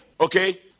okay